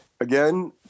again